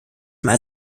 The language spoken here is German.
mehr